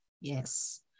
Yes